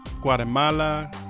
Guatemala